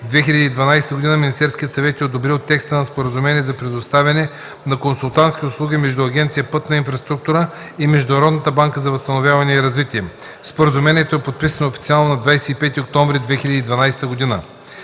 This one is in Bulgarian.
2012 г. Министерският съвет е одобрил текста на Споразумение за предоставяне на консултантски услуги между Агенция „Пътна инфраструктура” и Международната банка за възстановяване и развитие. Споразумението е подписано официално на 25 октомври 2012 г.